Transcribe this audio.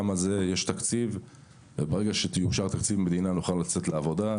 גם על זה יש תקציב וברגע שיאושר תקציב מדינה נוכל לצאת לעבודה.